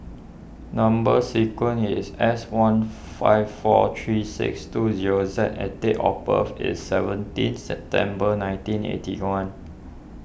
Number Sequence is S one five four three six two zero Z and date of birth is seventeen September nineteen eighty one